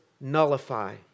nullify